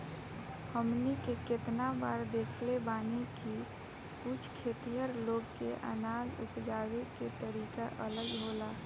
हमनी के केतना बार देखले बानी की कुछ खेतिहर लोग के अनाज उपजावे के तरीका अलग होला